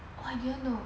oh I didn't know